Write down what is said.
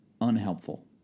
unhelpful